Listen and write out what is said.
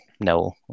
No